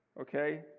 Okay